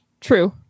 True